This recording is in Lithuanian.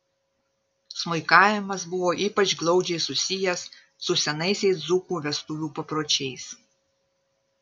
smuikavimas buvo ypač glaudžiai susijęs su senaisiais dzūkų vestuvių papročiais